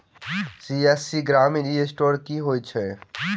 CSC Grameen e store की होइ छै?